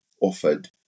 offered